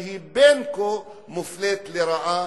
כשהיא בין כה מופלית לרעה,